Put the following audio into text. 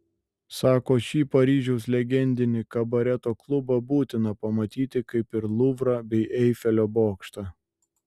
sako šį paryžiaus legendinį kabareto klubą būtina pamatyti kaip ir luvrą bei eifelio bokštą